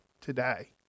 today